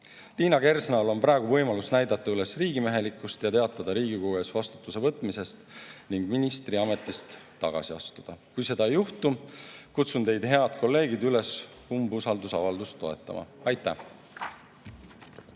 Liina Kersnal on praegu võimalus näidata üles riigimehelikkust ja teatada Riigikogu ees vastutuse võtmisest ning ministriametist tagasi astuda. Kui seda ei juhtu, kutsun teid, head kolleegid, üles umbusaldusavaldust toetama. Aitäh!